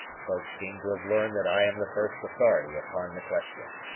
folk seem to have learned that i am the first authority upon the question.